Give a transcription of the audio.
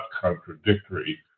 contradictory